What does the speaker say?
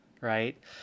Right